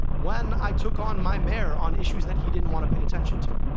when i took on my mayor on issues that he didn't want to pay attention to.